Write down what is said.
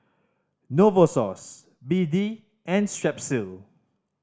Novosource B D and Strepsil